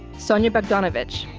sonia bogdanovich.